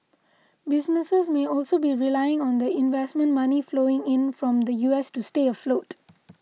businesses may also be relying on the investment money flowing in from the U S to stay afloat